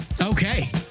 Okay